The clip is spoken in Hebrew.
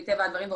מטבע הדברים,